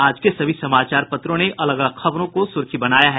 आज के सभी समाचार पत्रों ने अलग अलग खबरों को सुर्खी बनाया है